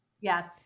Yes